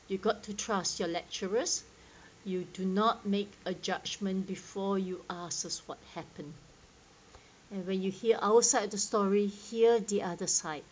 you got to trust your lecturers you do not make a judgment before you ask us what happen and when you hear our side of the story hear the other side